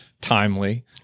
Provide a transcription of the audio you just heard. timely